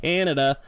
Canada